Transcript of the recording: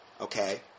okay